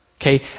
Okay